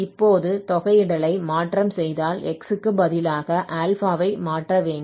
இப்போது தொகையிடலை மாற்றம் செய்தால் x க்கு பதிலாக α ஐ மாற்ற வேண்டும்